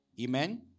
Amen